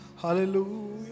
Hallelujah